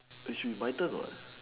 it should be my turn what